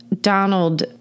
Donald